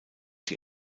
die